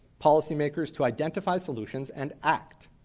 policy makers to identify solutions and act.